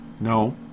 No